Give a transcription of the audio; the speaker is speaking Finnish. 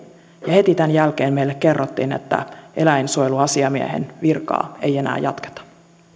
ja heti tämän jälkeen meille kerrottiin että eläinsuojeluasiamiehen virkaa ei enää jatketa